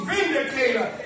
Vindicator